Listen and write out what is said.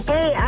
Hey